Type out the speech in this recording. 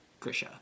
Krisha